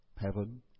heaven